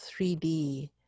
3D